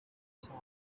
talk